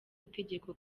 itegeko